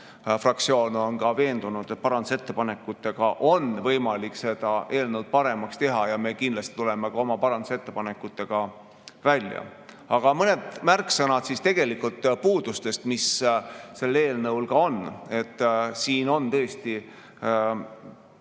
fraktsioon on ka veendunud, et parandusettepanekutega on võimalik seda eelnõu paremaks teha. Me kindlasti tuleme ka oma parandusettepanekutega välja. Aga mõned märksõnad puudustest, mis sellel eelnõul on. Siin on tõesti vaja